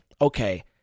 okay